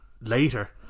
later